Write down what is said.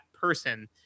person